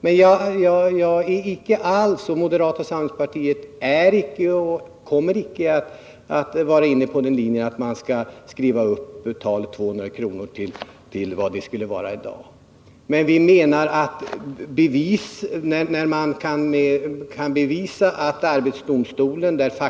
Men jag och moderata samlingspartiet är icke — och kommer icke att vara det i framtiden — inne på den linjen att man skall skriva upp talet 200 kr. till vad det skulle vara i dagens penningvärde. Man kan också bevisa att arbetsdomstolen — där f.ö.